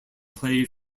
played